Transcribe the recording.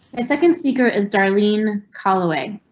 and second speaker is darlene call away.